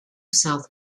south